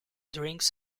drinks